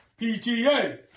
PTA